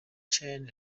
chain